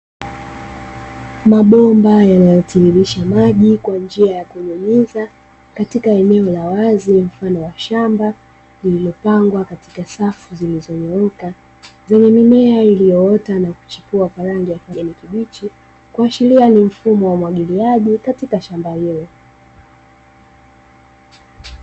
Mabomba yanaotiririsha maji kwa njia ya kunyunyiza katika eneo la wazi mfano wa shamba. Lililopangwa katika safu zilizonyooka, zenye mimea iliyoota na kuchipua kwa rangi ya kijani kibichi, kuashiria ni mfumo wa umwagiliaji katika shamba hilo.